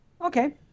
Okay